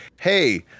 hey